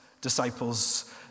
disciples